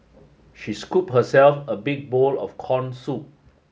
she scoop herself a big bowl of corn soup